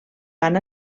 van